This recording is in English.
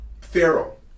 feral